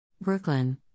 Brooklyn